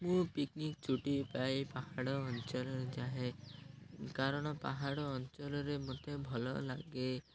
ମୁଁ ପିକ୍ନିକ୍ ଛୁଟି ପାଇଁ ପାହାଡ଼ ଅଞ୍ଚଳରେ ଯାଏ କାରଣ ପାହାଡ଼ ଅଞ୍ଚଳରେ ମୋତେ ଭଲ ଲାଗେ